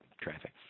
traffic